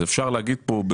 אז אפשר להגיד פה,